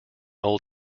old